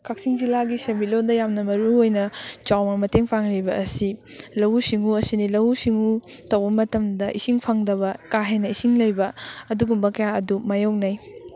ꯀꯛꯆꯤꯡ ꯖꯤꯂꯥꯒꯤ ꯁꯦꯟꯃꯤꯠꯂꯣꯟꯗ ꯌꯥꯝꯅ ꯃꯔꯨꯑꯣꯏꯅ ꯆꯥꯎꯅ ꯃꯇꯦꯡ ꯄꯥꯡꯂꯤꯕ ꯑꯁꯤ ꯂꯧꯎ ꯁꯤꯡꯎ ꯑꯁꯤꯅꯤ ꯂꯧꯎ ꯁꯤꯡꯎ ꯇꯧꯕ ꯃꯇꯝꯗ ꯏꯁꯤꯡ ꯐꯪꯗꯕ ꯀꯥ ꯍꯦꯟꯅ ꯏꯁꯤꯡ ꯂꯩꯕ ꯑꯗꯨꯒꯨꯝꯕ ꯀꯌꯥ ꯑꯗꯨ ꯃꯥꯌꯣꯛꯅꯩ